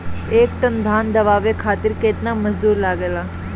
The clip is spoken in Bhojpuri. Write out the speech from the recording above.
एक टन धान दवावे खातीर केतना मजदुर लागेला?